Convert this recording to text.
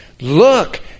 look